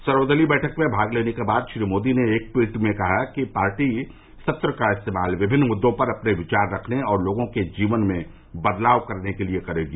सर्वदलीय बैठक में भाग लेने के बाद श्री मोदी ने एक ट्वीट में कहा कि पार्टी सत्र का इस्तेमाल विभिन्न मुद्दों पर अपने विचार रखने और लोगों के जीवन में बदलाव करने के लिए करेगी